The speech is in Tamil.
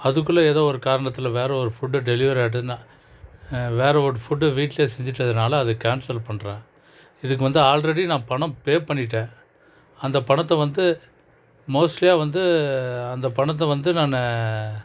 அதுக்குள்ளே ஏதோ ஒரு காரணத்தில் வேறு ஒரு ஃபுட்டை டெலிவரி ஆயிட்டுன்னா வேறு ஒரு ஃபுட்டை வீட்டிலையே செஞ்சுட்டதுனால் அதை கேன்சல் பண்ணுறேன் இதுக்கு வந்து ஆல்ரெடி நான் பணம் பே பண்ணிவிட்டேன் அந்த பணத்தை வந்து மோஸ்ட்லியாக வந்து அந்த பணத்தை வந்து நான்